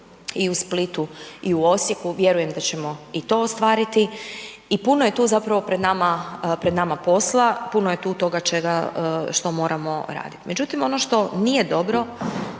i u Splitu i u Osijeku. Vjerujem da ćemo i to ostvariti. I puno je tu zapravo pred nama posla, puno je tu toga čega što moramo raditi. Međutim, ono što nije dobro